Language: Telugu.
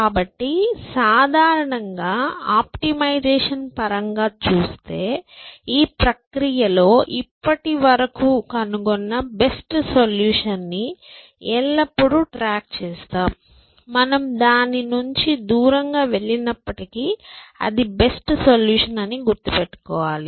కాబట్టి సాధారణంగా ఆప్టిమైజేషన్ పరంగా చూస్తే ఈ ప్రక్రియలో ఇప్పటివరకు కనుగొన్న బెస్ట్ సొల్యూషన్ న్ని ఎల్లప్పుడూ ట్రాక్ చేస్తాం మనం దాని నుండి దూరంగా వెళ్లినప్పటికీ అది బెస్ట్ సొల్యూషన్ అని గుర్తుపెట్టుకోవాలి